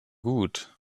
gut